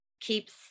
keeps